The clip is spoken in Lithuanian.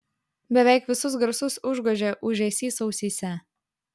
beveik visus garsus užgožė ūžesys ausyse